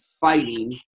fighting